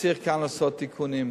שצריך לעשות כאן תיקונים.